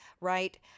right